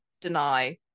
deny